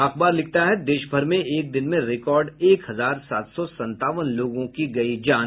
अखबार लिखता है देश भर में एक दिन में रिकार्ड एक हजार सात सौ संतावन लोगों की गयी जान